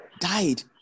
died